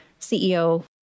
CEO